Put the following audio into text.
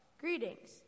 Greetings